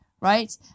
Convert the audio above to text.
Right